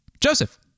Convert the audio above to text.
Joseph